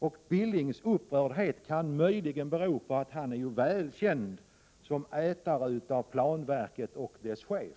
Knut Billings upprördhet kan möjligen bero på att han är välkänd som ätare av planverket och dess chef.